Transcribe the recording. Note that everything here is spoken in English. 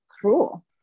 cruel